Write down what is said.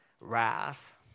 wrath